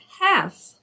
half